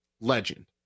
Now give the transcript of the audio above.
legend